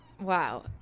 Wow